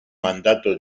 mandato